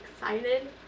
excited